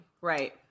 right